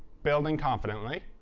building confidently,